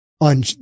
on